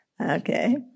Okay